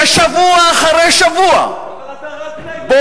ששבוע אחרי שבוע, אבל אתה, נא לא להפריע.